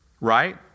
right